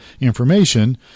information